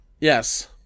yes